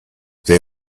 they